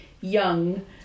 young